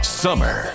summer